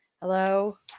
hello